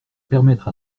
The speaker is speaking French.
permettre